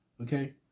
okay